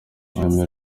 ururimi